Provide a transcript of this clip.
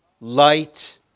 light